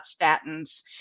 statins